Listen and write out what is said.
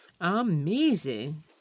Amazing